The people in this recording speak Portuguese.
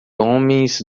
homens